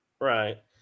Right